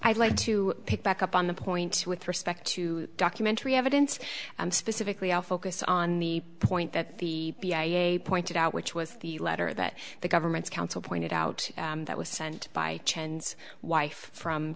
i'd like to pick back up on the point with respect to documentary evidence specifically all focus on the point that the i a e a pointed out which was the letter that the government's counsel pointed out that was sent by chen's wife from